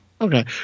okay